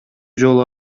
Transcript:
жолу